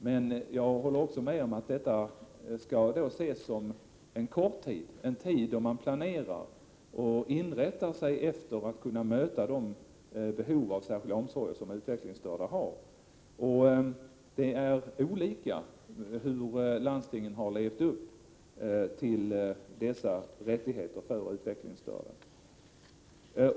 Men jag håller också med om att denna skall ses som en omsorgslagen kort tid, en tid då man planerar och inrättar sig för att kunna möta de behov av särskild omsorg som utvecklingsstörda har. Det är olika hur landstingen har lyckats när det gäller att tillgodose rättigheter för utvecklingsstörda.